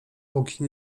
póki